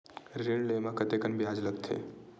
ऋण ले म कतेकन ब्याज लगथे?